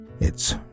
It's